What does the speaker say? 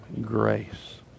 grace